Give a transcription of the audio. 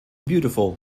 beautiful